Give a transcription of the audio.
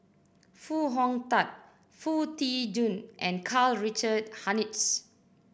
Foo Hong Tatt Foo Tee Jun and Karl Richard Hanitsch